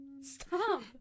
Stop